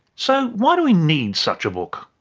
so why do we need such a book?